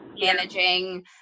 managing